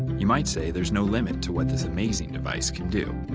you might say there is no limit to what this amazing device can do.